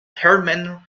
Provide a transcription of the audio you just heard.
herman